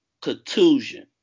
contusion